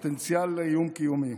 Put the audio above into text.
פוטנציאל לאיום קיומי.